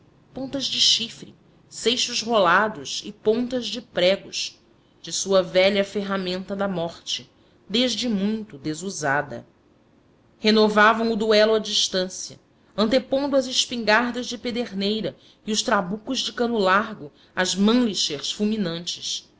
pontas de chifre seixos rolados e pontas de pregos de sua velha ferramenta da morte desde muito desusada enovavam o duelo a distância antepondo as espingardas de pederneira e os trabucos de cano largo às mannlichers fulminantes